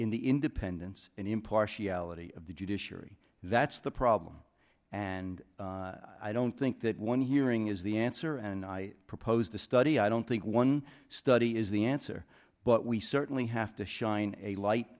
in the independence and impartiality of the judiciary that's the problem and i don't think that one hearing is the answer and i proposed a study i don't think one study is the answer but we certainly have to shine a light